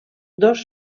dos